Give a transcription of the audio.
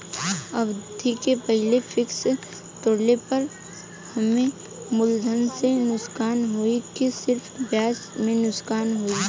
अवधि के पहिले फिक्स तोड़ले पर हम्मे मुलधन से नुकसान होयी की सिर्फ ब्याज से नुकसान होयी?